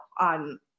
on